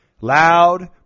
loud